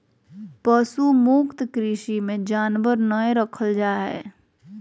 पशु मुक्त कृषि मे जानवर नय रखल जा हय